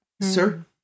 Sir